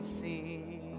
see